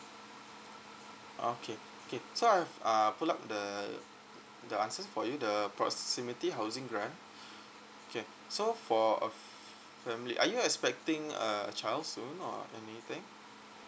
okay okay so I've uh pulled up the the answers for you the proximity housing grant okay so for a family are you expecting a child soon or anything